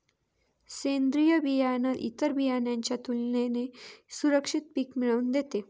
सेंद्रीय बियाणं इतर बियाणांच्या तुलनेने सुरक्षित पिक मिळवून देते